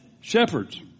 shepherds